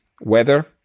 Weather